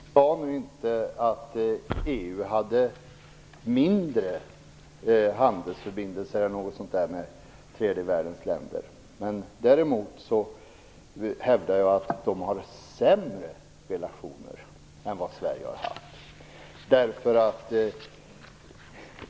Fru talman! Jag sade inte att EU hade färre handelsförbindelser med tredje världens länder. Men däremot hävdar jag att de har sämre relationer än vad Sverige har haft.